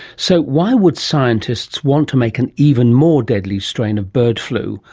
so why would scientists want to make an even more deadly strain of bird flu,